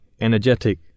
energetic